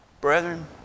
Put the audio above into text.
Brethren